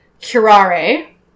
curare